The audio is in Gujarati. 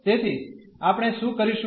તેથી આપણે શું કરીશું